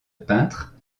peintre